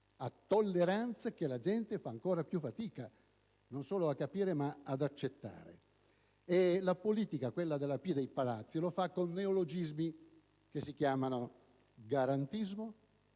a tolleranze che la gente fa ancora più fatica non solo a capire ma ad accettare. La politica, quella della «P» dei Palazzi, lo fa con neologismi che si chiamano garantismo